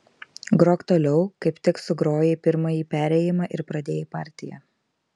grok toliau kaip tik sugrojai pirmąjį perėjimą ir pradėjai partiją